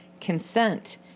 consent